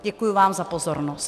Děkuju vám za pozornost.